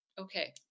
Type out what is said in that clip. Okay